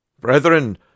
Brethren